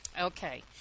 Okay